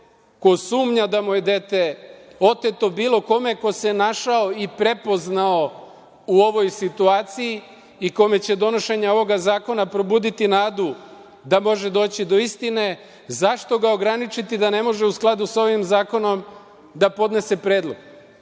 ko sumnja da mu je dete oteto, bilo kome ko se našao i prepoznao u ovoj situaciji i kome će donošenje ovog zakona probuditi nadu da može doći do istine? Zašto ga ograničiti da ne može u skladu sa ovim zakonom da podnese predlog?